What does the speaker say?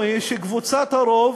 שקבוצת הרוב,